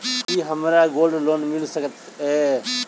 की हमरा gold loan मिल सकैत ये?